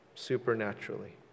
Supernaturally